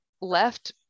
left